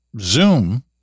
Zoom